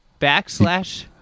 backslash